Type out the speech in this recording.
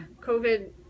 COVID